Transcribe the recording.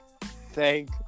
thank